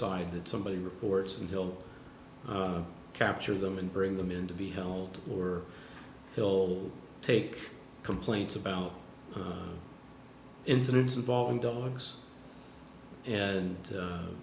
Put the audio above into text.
side that somebody reports and killed capture them and bring them in to be held or we'll take complaints about incidents involving dogs and